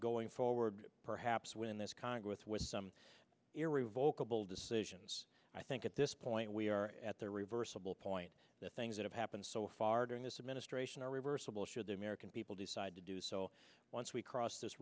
going forward perhaps within this congress with some ear revokable decisions i think at this point we are at the reversible point the things that have happened so far during this administration are reversible should the american people decide to do so once we cross th